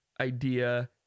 idea